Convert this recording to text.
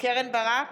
קרן ברק,